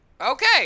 Okay